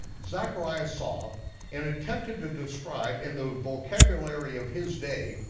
zachariah saw and attempted to describe in the vocabulary of his day,